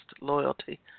loyalty